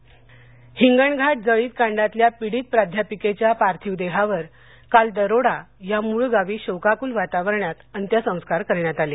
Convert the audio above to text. हिंगणघाट हिंगणघाट जळीतकांडातल्या पीडित प्राध्यापिकेच्या पार्थिव देहावर काल दरोडा या मूळ गावी शोकाकूल वातावरणात अंत्यसंस्कार करण्यात आले